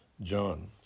John